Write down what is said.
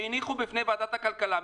שהניחו בפני ועדת הכלכלה מתווה,